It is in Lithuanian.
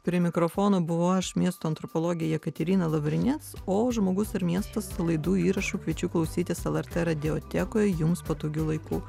prie mikrofono buvau aš miesto antropologė jekaterina lavrinec o žmogus ir miestas laidų įrašų kviečiu klausytis lrt radiotekoje jums patogiu laiku